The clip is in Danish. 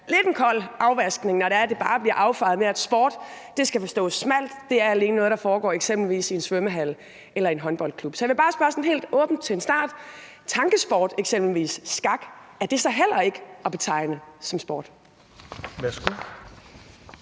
lidt af en kold afvaskning, når det bare bliver affejet med, at sport skal forstås smalt, og at det alene er noget, der foregår eksempelvis i en svømmehal eller en håndboldklub. Så jeg vil bare spørge sådan helt åbent til en start: Er tankesport, eksempelvis skak, så heller ikke at betegne som sport?